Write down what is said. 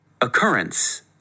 Occurrence